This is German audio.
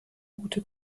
gute